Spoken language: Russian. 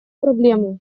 проблему